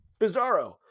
Bizarro